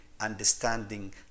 understanding